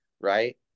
right